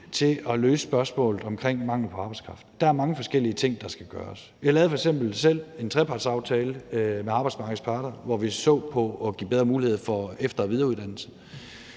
på at løse manglen på arbejdskraft, men der er mange forskellige ting, der skal gøres. Jeg lavede f.eks. selv en trepartsaftale med arbejdsmarkedets parter, hvor vi så på at give bedre muligheder for efter- og videreuddannelse.